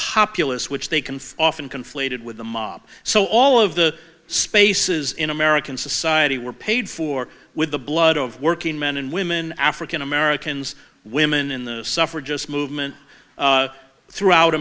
populace which they can often conflated with the mob so all of the spaces in american society were paid for with the blood of working men and women african americans women in the suffragist movement throughout